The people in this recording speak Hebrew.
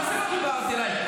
מה זה לא דיברתי אליך?